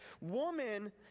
woman